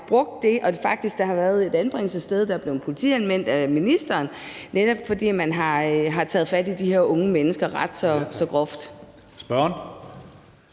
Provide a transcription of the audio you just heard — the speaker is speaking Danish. set – der er faktisk et anbringelsessted, der er blevet politianmeldt af ministeren, netop fordi man har taget fat i de her unge mennesker ret så groft. Kl.